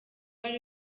ari